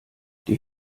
die